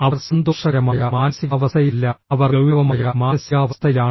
അവർ സന്തോഷകരമായ മാനസികാവസ്ഥയിലല്ല അവർ ഗൌരവമായ മാനസികാവസ്ഥയിലാണ്